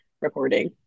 recording